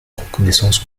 reconnaissance